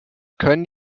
können